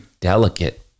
delicate